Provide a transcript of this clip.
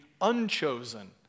unchosen